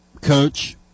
coach